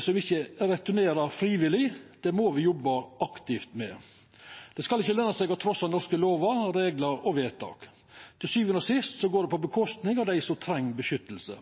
som ikkje returnerer frivillig, må me jobba aktivt med. Det skal ikkje løna seg å trassa norske lovar, reglar og vedtak. Til sjuande og sist går det ut over dei som treng vern.